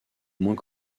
moins